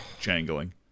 jangling